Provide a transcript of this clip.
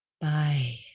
bye